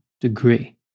Degree